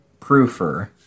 Proofer